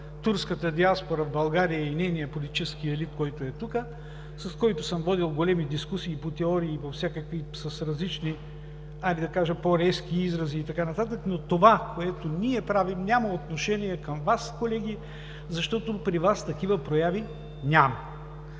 турската диаспора в България и нейния политически елит, който е тук, с който съм водил големи дискусии по теории с различни, хайде да кажа, по-резки изрази и така нататък, но това, което ние правим, няма отношение към Вас, колеги, защото при Вас такива прояви няма.